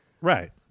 Right